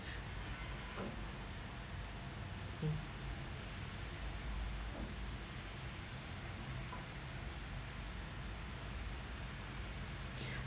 mm